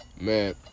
Man